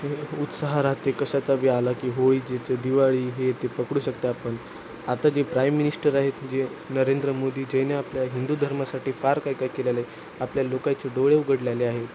हे उत्साह राहते कशाचाबी आला की होळी ज्याचं दिवाळी हे ते पकडू शकते आपण आता जे प्राईम मिनिस्टर आहेत जे नरेंद्र मोदी ज्याने आपल्या हिंदू धर्मासाठी फार काय काय केलेलं आहे आपल्या लोकायचे डोळे उघडलेले आहेत